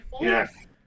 yes